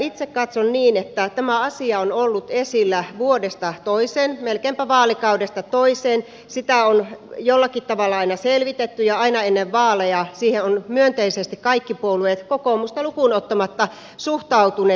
itse katson niin että tämä asia on ollut esillä vuodesta toiseen melkeinpä vaalikaudesta toiseen sitä on jollakin tavalla aina selvitetty ja aina ennen vaaleja siihen ovat myönteisesti kaikki puolueet kokoomusta lukuun ottamatta suhtautuneet